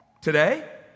Today